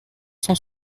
cent